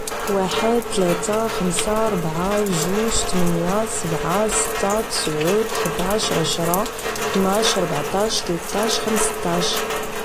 1 3 5 4 2 8 7 6 9 11 12 14 13 10 15